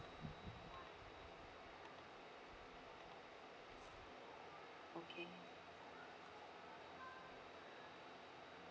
okay